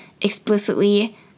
explicitly